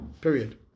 Period